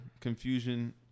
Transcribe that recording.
confusion